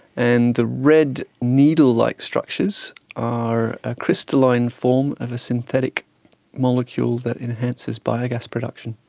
and the red needle-like structures are a crystalline form of a synthetic molecule that enhances biogas production.